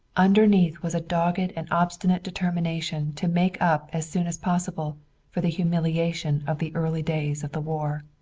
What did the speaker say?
underneath was a dogged and obstinate determination to make up as soon as possible for the humiliation of the early days of the war.